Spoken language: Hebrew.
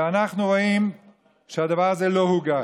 ואנחנו רואים שהדבר הזה לא הוגש,